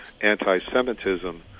anti-semitism